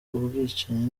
ubwicanyi